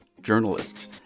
journalists